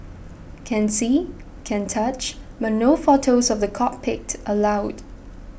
can see can touch but no photos of the cockpit allowed